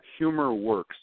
HumorWorks